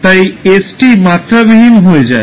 তাই st মাত্রাবিহীন হয়ে যায়